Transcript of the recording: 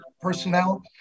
personnel